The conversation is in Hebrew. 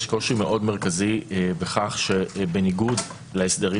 יש קושי מאוד מרכזי בכך שבניגוד להסדרים